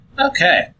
Okay